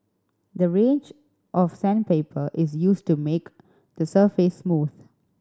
a range of sandpaper is used to make the surface smooth